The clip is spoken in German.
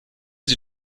sie